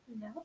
no